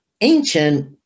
ancient